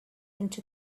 into